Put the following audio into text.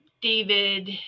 David